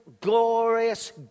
Glorious